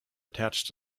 attached